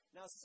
Now